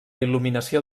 il·luminació